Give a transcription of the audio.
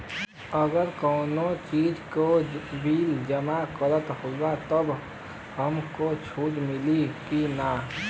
अगर कउनो चीज़ के बिल जमा करत हई तब हमके छूट मिली कि ना?